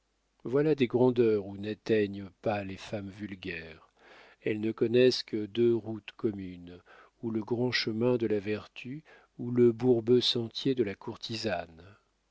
voilà des grandeurs où n'atteignent pas les femmes vulgaires elles ne connaissent que deux routes communes ou le grand chemin de la vertu ou le bourbeux sentier de la courtisane